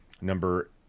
number